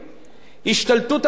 שלטון טוטליטרי.